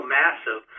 massive